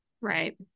Right